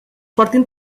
portin